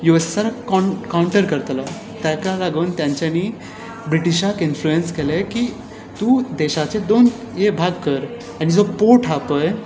U S S R आक counter करतलो ताका लागून तेंच्यांनीं ब्रिटीशाक इन्फ्लुएंस केले की तूं देशाचे दोन भाग कर आनी जो पोर्ट हा पय